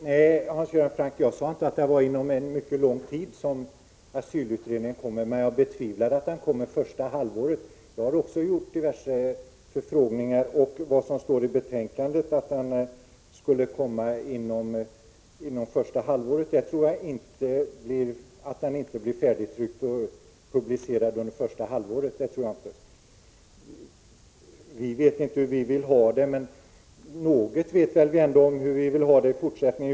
Herr talman! Nej, Hans Göran Franck, jag sade inte att det skulle dröja en mycket lång tid innan asylutredningen lägger fram sitt förslag, men jag betvivlar att det kommer under första halvåret. Jag har också gjort diverse förfrågningar med anledning av att det i betänkandet står att utredningen kommer att avge sitt förslag under första halvåret. Jag tror inte att utredningsbetänkandet blir färdigtryckt och publicerat under första halvåret. Ni vet inte hur ni vill ha det, säger Hans Göran Franck. Något vet vi ändå hur vi i fortsättningen vill ha det.